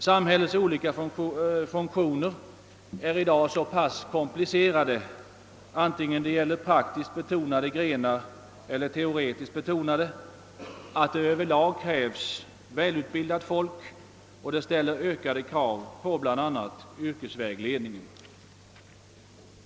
Samhällets olika funktioner är så komplicerade antingen det gäller praktiskt eller teoretiskt betonade grenar, att det över lag krävs välutbildat folk, och detta ställer ökade krav bl.a. på yrkesvägledningen.